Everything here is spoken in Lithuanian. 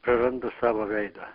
praranda savo veidą